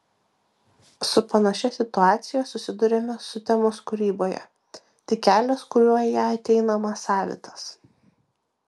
su panašia situacija susiduriame sutemos kūryboje tik kelias kuriuo į ją ateinama savitas